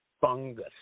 fungus